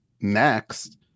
next